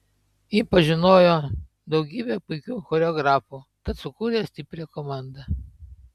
ji pažinojo daugybę puikių choreografų tad subūrė stiprią komandą